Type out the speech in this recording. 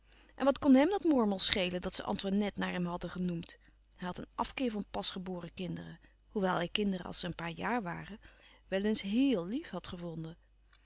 en wat kon hem dat mormel schelen dat ze antoinette naar hem hadden genoemd hij had een afkeer van pas geboren kinderen hoewel hij kinderen als ze een paar jaar waren wel eens héél lief had gevonden